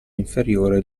inferiore